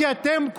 כי אתם,